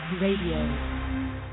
Radio